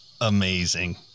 Amazing